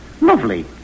Lovely